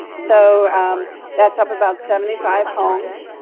so that's up about seventy five homes.